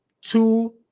two